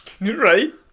Right